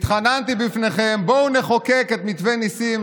התחננתי בפניכם: בואו נחוקק את מתווה ניסים,